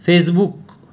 Facebook